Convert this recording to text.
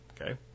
Okay